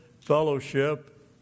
fellowship